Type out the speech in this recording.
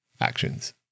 actions